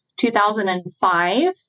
2005